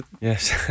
Yes